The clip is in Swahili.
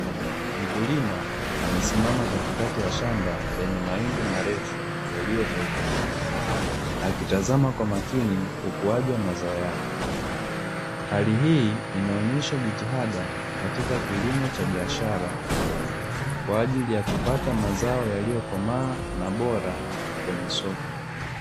Mkulima amesimama katikati ya shamba lenye mahindi marefu yaliyopevuka, akitazama kwa makini ukuaji wa mazao yao, hali hii inaonyesha jitihada katika kilimo cha biashara, kwa ajili ya kupata mazao yaliyokomaa na bora kwenye soko.